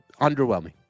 underwhelming